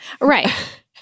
Right